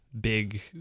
big